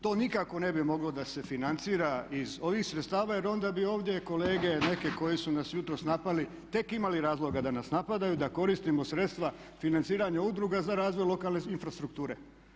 To nikako ne bi moglo da se financira iz ovih sredstava jer onda bi ovdje kolege neke koje su nas jutros napali tek imali razloga da nas napadaju, da koristimo sredstva financiranja udruga za razvoj lokalne infrastrukture.